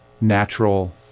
natural